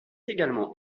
également